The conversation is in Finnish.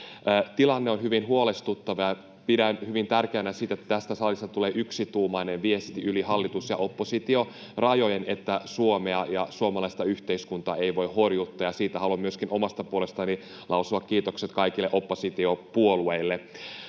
Tilanne on hyvin huolestuttava, ja pidän hyvin tärkeänä sitä, että tästä salista tulee yksituumainen viesti yli hallitus‑ ja oppositiorajojen, että Suomea ja suomalaista yhteiskuntaa ei voi horjuttaa, ja siitä haluan myöskin omasta puolestani lausua kiitokset kaikille oppositiopuolueille.